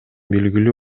белгилүү